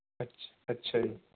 ਅੱਛ ਅੱਛਾ ਜੀ